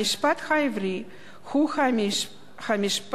המשפט העברי הוא המשפט